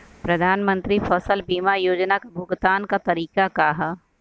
प्रधानमंत्री फसल बीमा योजना क भुगतान क तरीकाका ह?